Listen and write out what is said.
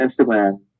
Instagram